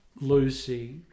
Lucy